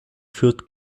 führt